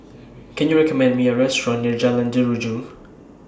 Can YOU recommend Me A Restaurant near Jalan Jeruju